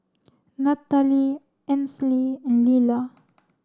Natalee Ansley and Lyla